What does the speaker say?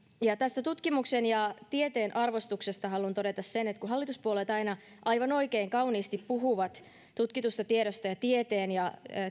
tästä tutkimuksen ja tieteen arvostuksesta haluan todeta sen että kun hallituspuolueet aina aivan oikein kauniisti puhuvat tutkitusta tiedosta ja tieteen ja